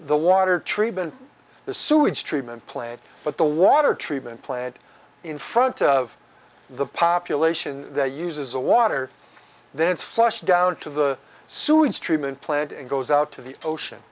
the water treatment the sewage treatment plant but the water treatment plant in front of the population that uses a water then flushed down to the sewage treatment plant and goes out to the ocean